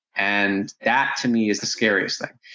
and that to me is the scariest thing.